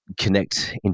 connect